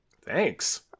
thanks